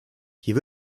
hier